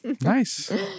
Nice